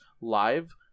live